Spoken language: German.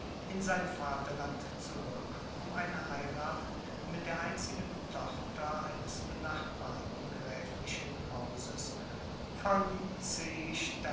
in sein vaterland zurück um eine heirat mit der einzigen tochter eines benachbarten gräflichen hauses von